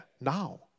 now